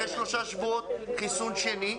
אחרי שלושה שבועות חיסון שני,